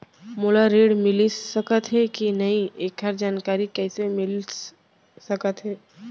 मोला ऋण मिलिस सकत हे कि नई एखर जानकारी कइसे मिलिस सकत हे?